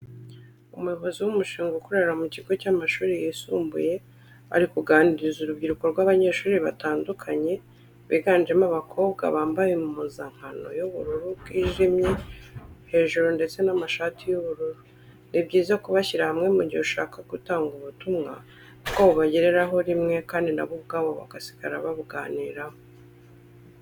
Umuyobozi w’umushinga ukorera mu kigo cy’amashuri yisumbuye ari kuganiriza urubyiruko rw’abanyeshuri batandukanye biganjemo abakobwa, bambaye impuzankano y’ubururu bwijimye hejuru ndetse n’amashashi y’umweru. Ni byiza kubashyira hamwe mu gihe ushaka gutanga ubutumwa kuko bubagereraho rimwe, kandi na bo ubwabo bagasigara babuganiraho.